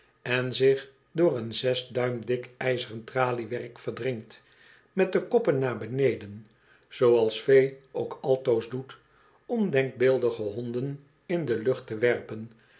en zich door een zes duim dik ijzeren traliewerk verdringt met de koppen naar beneden zooals veo ook altoos doet om denkbeeldige honden in de lucht te werpen